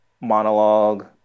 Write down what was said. monologue